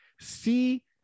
see